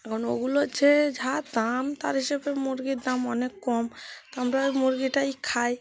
কারণ ওগুলো যে যা দাম তার হিসেবে মুরগির দাম অনেক কম তা আমরা ওই মুরগিটাই খাই